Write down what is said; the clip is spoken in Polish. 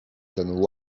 ten